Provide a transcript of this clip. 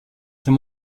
ses